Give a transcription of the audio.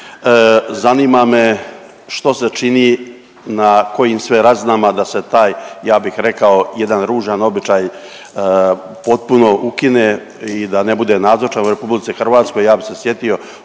Zanima me što se čini na kojim sve razinama da se taj ja bih rekao jedan ružan običaj potpuno ukine i da ne bude nazočan u Republici Hrvatskoj. Ja bih se sjetio